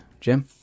Jim